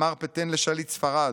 אמר פטן לשליט ספרד: